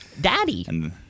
Daddy